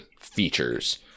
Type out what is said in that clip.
features